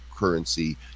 currency